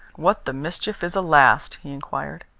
what the mischief is a last? he inquired.